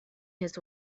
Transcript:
his